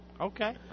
Okay